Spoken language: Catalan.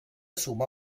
suma